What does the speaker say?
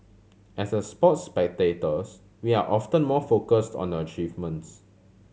as a sports spectators we are often more focused on achievements